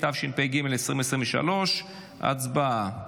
התשפ"ג 2023. הצבעה.